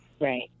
Right